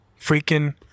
Freaking